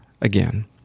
again